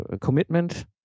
commitment